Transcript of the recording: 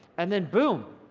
and then boom,